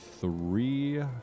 three